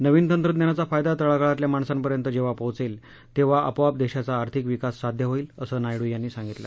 नवीन तंत्रज्ञानाचा फायदा तळागाळातल्या माणसापर्यंत जेव्हा पोचेल तेव्हा आपोआप देशाचा आर्थिक विकास साध्य होईल असं नायडू यांनी सांगितलं